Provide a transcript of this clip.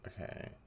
Okay